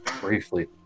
briefly